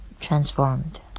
Transformed